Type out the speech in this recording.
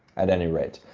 at any rate,